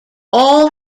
all